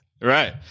right